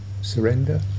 surrender